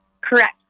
Correct